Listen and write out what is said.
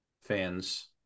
fans